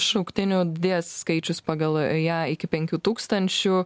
šauktinių didės skaičius pagal ją iki penkių tūkstančių